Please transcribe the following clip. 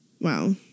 wow